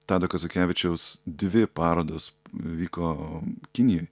tado kazakevičiaus dvi parodos vyko kinijoj